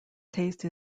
taste